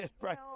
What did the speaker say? right